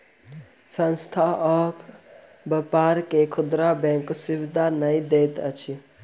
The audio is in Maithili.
संस्थान आ व्यापार के खुदरा बैंक सुविधा नै दैत अछि